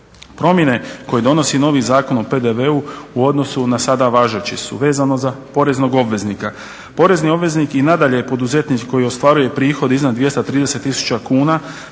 Promjene koje donosi novo Zakon o PDV-u u odnosu na sada važeći su vezano za poreznog obveznika. Porezni obveznik i nadalje je poduzetnik koji ostvaruje prihod iznad 230 000 kuna